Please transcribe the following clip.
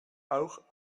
auch